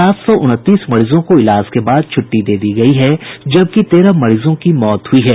सात सौ उनतीस मरीजों को इलाज के बाद छूट्टी दे दी गयी है जबकि तेरह मरीजों की मौत हुई है